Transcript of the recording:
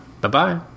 bye-bye